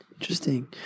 Interesting